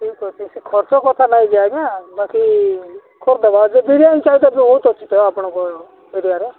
ଠିକ୍ ଅଛି ସେ ଖର୍ଚ୍ଚ କଥା ନାଇଁ ଯେ ଆଜ୍ଞା ବାକି କରିଦେବା ଆଉ ଯେ ବିରିୟାନୀ ଚାହିଦା ଯେଉଁ ବହୁତ ଅଛି ତ ଆପଣଙ୍କ ଏରିଆର